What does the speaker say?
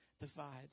Divides